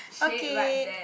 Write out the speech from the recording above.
okay